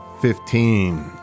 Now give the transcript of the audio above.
Fifteen